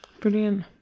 Brilliant